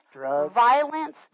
violence